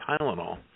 Tylenol